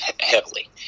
heavily